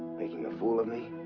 making a fool of me?